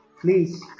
Please